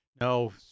No